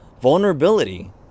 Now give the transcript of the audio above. vulnerability